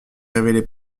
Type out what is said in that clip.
révélée